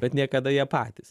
bet niekada jie patys